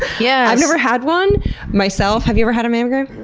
yeah i've never had one myself. have you ever had a mammogram?